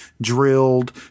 drilled